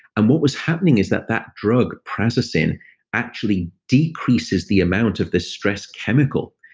and what was happening is that that drug prazosin actually decreases the amount of this stress chemical.